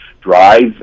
drive